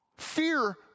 fear